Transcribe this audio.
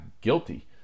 guilty